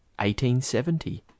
1870